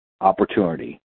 opportunity